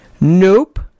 Nope